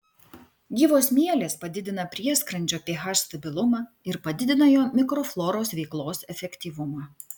gyvos mielės padidina prieskrandžio ph stabilumą ir padidina jo mikrofloros veiklos efektyvumą